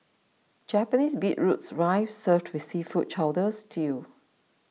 Japanese beetroots rice served with seafood chowder stew